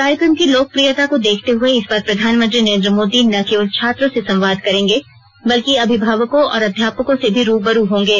कार्यक्रम की लोकप्रियता को देखते हुए इस बार प्रधानमंत्री नरेन्द्र मोदी न केवल छात्रों से संवाद करेंगे बल्कि अभिभावकों और अध्यापकों से भी रू ब रू होंगे